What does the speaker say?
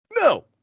No